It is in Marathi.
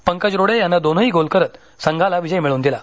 पंकज रोडे यानं दोनही गोल करत संघाला विजय मिऴव्न दिला